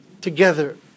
together